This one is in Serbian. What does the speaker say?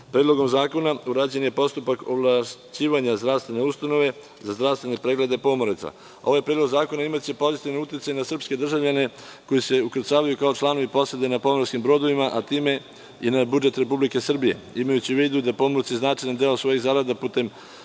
svetu. Predlogom zakona urađen je postupak ovlašćivanja zdravstvene ustanove za zdravstvene preglede pomoraca. Ovaj Predlog zakona imaće pozitivan uticaj na srpske državljane koji se ukrcavaju kao članovi posade na pomorskim brodovima a time i na budžet Republike Srbije, imajući u vidu da pomorci značajni deo svojih zarada putem